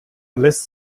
lässt